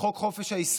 בחוק חופש העיסוק,